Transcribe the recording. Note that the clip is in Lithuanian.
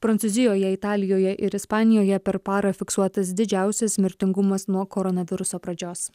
prancūzijoje italijoje ir ispanijoje per parą fiksuotas didžiausias mirtingumas nuo koronaviruso pradžios